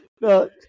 No